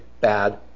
bad